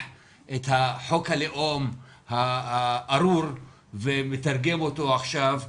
את חוק הלאום הארור ומתרגם אותו עכשיו לפעולות,